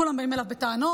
כולם באים אליו בטענות,